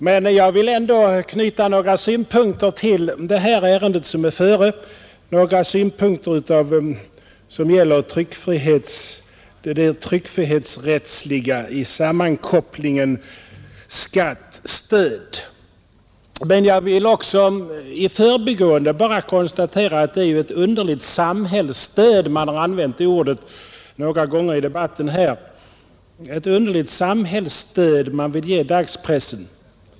Men jag vill ändå till det ärende som nu är före knyta an några synpunkter som gäller det tryckfrihetsrättsliga i sammankopplingen skatt—stöd. Jag konstaterar också i förbigående att det är ett underligt samhällsstöd — ordet har använts några gånger i denna debatt — som man här vill ge dagspressen.